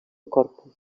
corpus